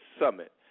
summit